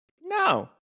no